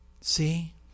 See